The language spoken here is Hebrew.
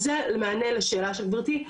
אז זה למענה לשאלה של גברתי,